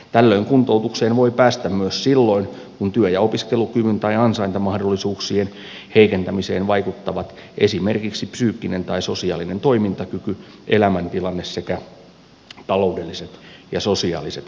tällöin kuntoutukseen voi päästä myös silloin kun työ ja opiskelukyvyn tai ansaintamahdollisuuksien heikentymiseen vaikuttavat esimerkiksi psyykkinen tai sosiaalinen toimintakyky elämäntilanne sekä taloudelliset ja sosiaaliset seikat